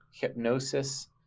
hypnosis